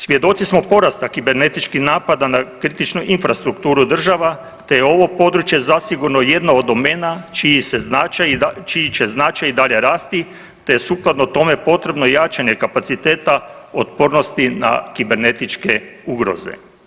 Svjedoci smo porasta kibernetičkih napada na kritičnu infrastrukturu država te je ovo područje zasigurno jedna od domena čiji će značaj i dalje rasti te sukladno tome, potrebno jačanje kapaciteta otpornosti na kibernetičke ugroze.